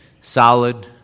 solid